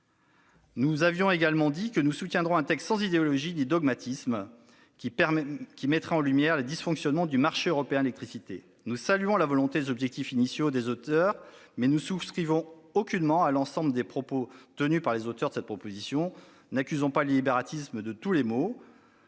Nous avions également précisé que nous soutiendrions un texte sans idéologie ni dogmatisme qui mettrait en lumière les dysfonctionnements du marché européen de l'électricité. Si nous saluons la volonté et les objectifs initiaux des auteurs du texte, nous ne souscrivons aucunement à l'ensemble des propos tenus par les auteurs de cette proposition de résolution dans l'exposé des motifs.